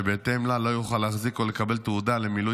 שבהתאם לה לא יוכל להחזיק או לקבל תעודה למילוי